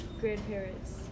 grandparents